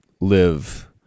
live